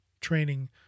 training